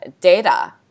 data